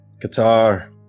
Guitar